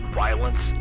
violence